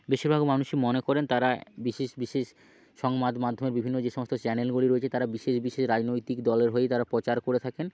বেশিরভাগ মানুষই মনে করেন তারা বিশেষ বিশেষ সংবাদ মাধ্যমের বিভিন্ন যে সমস্ত চ্যানেলগুলি রয়েছে তারা বিশেষ বিশেষ রাজনৈতিক দলের হয়েই তারা প্রচার করে থাকেন